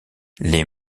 les